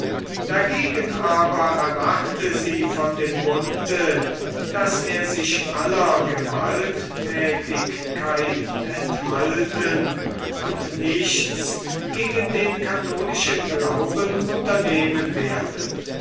dagegen aber erwarte sie von dem bunde daß er sich aller gewalttätigkeiten enthalten und nichts gegen den katholischen glauben unternehmen werde